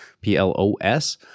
P-L-O-S